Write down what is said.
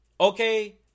Okay